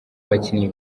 bakinnyi